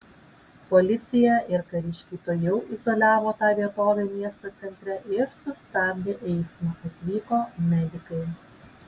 policija ir kariškiai tuojau izoliavo tą vietovę miesto centre ir sustabdė eismą atvyko medikai